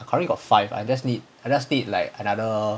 I currently got five I just need I just need like another